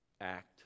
act